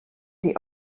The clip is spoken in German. die